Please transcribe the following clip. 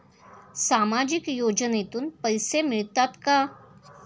सामाजिक योजनेतून पैसे मिळतात का?